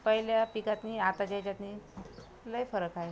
पहिल्या पिकात आणि आताच्या याच्यातून लय फरक आहे